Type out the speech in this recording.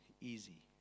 easy